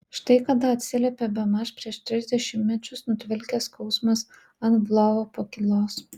štai kada atsiliepė bemaž prieš tris dešimtmečius nutvilkęs skausmas ant lvovo pakylos